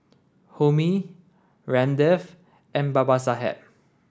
Homi Ramdev and Babasaheb